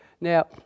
Now